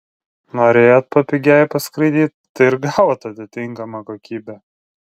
norėjot papigiai paskraidyt tai ir gavot atitinkamą kokybę